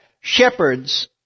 shepherds